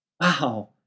Wow